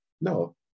No